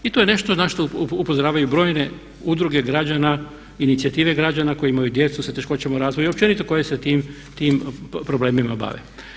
I to je nešto na što upozoravaju brojne udruge građana, inicijative građana koje imaju djecu sa teškoćama u razvoju i općenito koje se tim problemima bave.